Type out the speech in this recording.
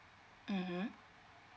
mmhmm